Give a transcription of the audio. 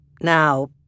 Now